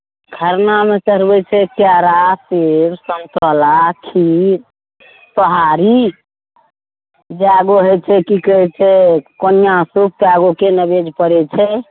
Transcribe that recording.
खरनामे चढ़बै छै केरा सेब सन्तोला खीर सोहारी जै गो होइत छै की कहैत छै कोनिया सूप तै गोके नैवेद्य पड़ैत छै